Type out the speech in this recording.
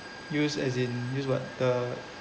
use as in use what the